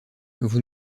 vous